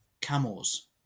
Camels